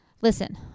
Listen